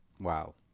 Wow